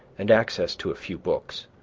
and access to a few books,